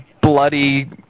bloody